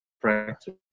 practice